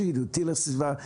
שידידותי לסביבה.